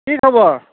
কি খবৰ